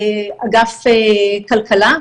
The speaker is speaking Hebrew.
אגף כלכלה,